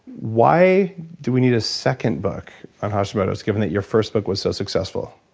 why do we need a second book on hashimoto's, given that your first book was so successful?